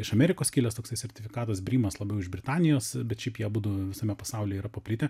iš amerikos kilęs toksai sertifikatas brymas labiau iš britanijos bet šiaip jie abudu visame pasaulyje yra paplitę